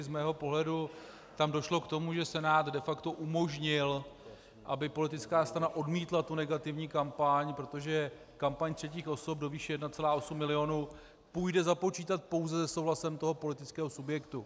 Z mého pohledu tam došlo k tomu, že Senát de facto umožnil, aby politická strana odmítla tu negativní kampaň, protože kampaň třetích osob do výše 1,8 mil. půjde započítat pouze se souhlasem toho politického subjektu.